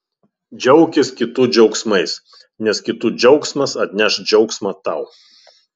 džiaukis kitų džiaugsmais nes kitų džiaugsmas atneš džiaugsmą tau